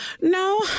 No